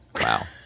Wow